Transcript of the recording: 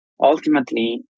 Ultimately